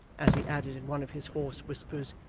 as he added in one of his hoarse whispers,